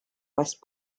west